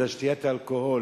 זה שתיית האלכוהול.